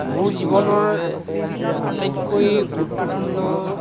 মোৰ জীৱনৰ আটাইতকৈ গুৰুত্বপূৰ্ণ